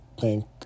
thank